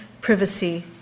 privacy